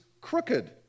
crooked